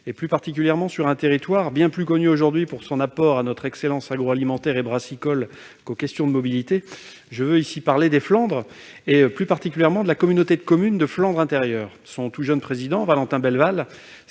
et plus particulièrement sur un territoire bien plus connu aujourd'hui pour son apport à notre excellence agroalimentaire et brassicole que pour les questions de mobilité : je veux ici parler des Flandres, plus précisément de la communauté de communes de Flandre intérieure (CCFI). Son tout jeune président, Valentin Belleval,